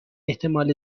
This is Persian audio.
احتمال